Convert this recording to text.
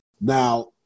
now